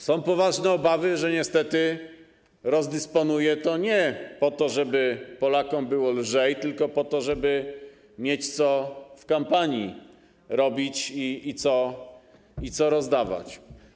Są poważne obawy, że niestety rozdysponuje to nie po to, żeby Polakom było lżej, tylko po to, żeby w kampanii mieć co robić i co rozdawać.